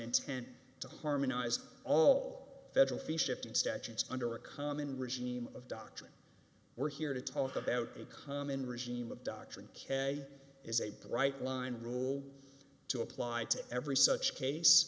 intent to harmonize all federal fee shifting statutes under a common regime of doctrine we're here to talk about the common regime of doctrine is a bright line rule to apply to every such case